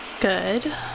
Good